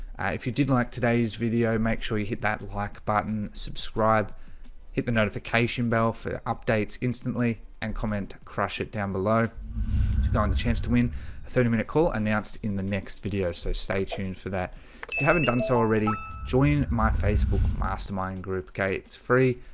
if you didn't like today's video make sure you hit that like button subscribe hit the notification bell for updates instantly and comment crush it down below got and the chance to win a thirty minute call announced in the next video. so stay tuned for that you haven't done so already join my facebook mastermind group. ok, it's free.